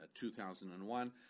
2001